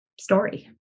story